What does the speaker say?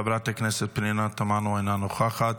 חברת הכנסת פנינה תמנו, אינה נוכחת,